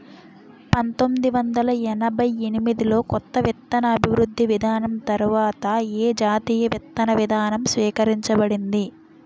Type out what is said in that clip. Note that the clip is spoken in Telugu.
పంతోమ్మిది వందల ఎనభై ఎనిమిది లో కొత్త విత్తన అభివృద్ధి విధానం తర్వాత ఏ జాతీయ విత్తన విధానం స్వీకరించబడింది?